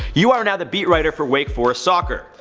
you are now the beat writer for wake forest soccer.